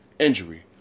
injury